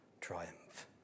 triumph